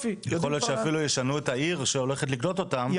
יכול להיות שאפילו ישנו את העיר שהולכת לקלוט אותם,